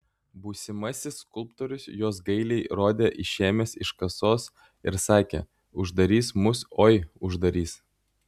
būsimasis skulptorius juos gailiai rodė išėmęs iš kasos ir sakė uždarys mus oi uždarys